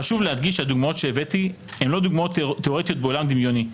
חשוב להדגיש שהדוגמאות שהבאתי אינן דוגמאות תיאורטיות בעולם דמיוני.